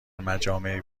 مجامع